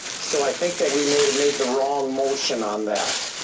so i think that we made it made the wrong motion on that.